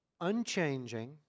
unchanging